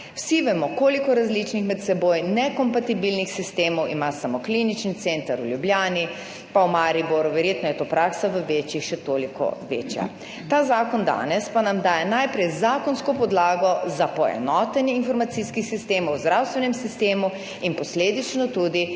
Vsi vemo, koliko različnih, med seboj nekompatibilnih sistemov ima samo klinični center v Ljubljani pa v Mariboru. Verjetno je to praksa, v večjih še toliko večja. Ta zakon danes pa nam daje najprej zakonsko podlago za poenotenje informacijskih sistemov v zdravstvenem sistemu in posledično tudi